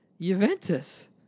Juventus